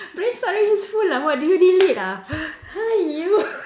brain storage is full ah what do you delete ah !haiyo!